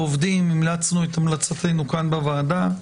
לעובדים המלצנו את המלצתנו כאן בוועדה,